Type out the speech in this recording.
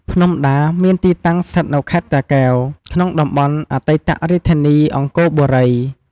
ភ្នំដា មានទីតាំង ស្ថិតនៅខេត្តតាកែវ ក្នុងតំបន់អតីតរាជធានីអង្គរបុរី។